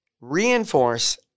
reinforce